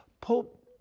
Pope